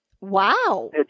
Wow